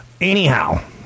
Anyhow